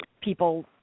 people